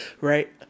Right